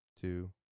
Two